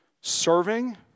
serving